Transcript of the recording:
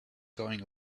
going